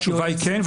התשובה היא כן,